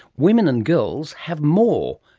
women and girls have more,